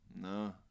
No